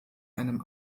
einem